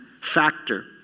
factor